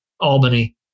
Albany